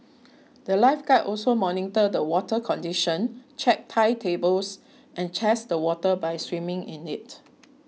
the lifeguards also monitor the water condition check tide tables and test the water by swimming in it